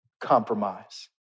compromise